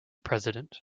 president